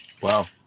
Wow